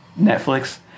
Netflix